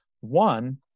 One